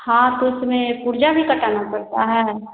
हाँ तो उसमें पर्चा भी कटाना पड़ता है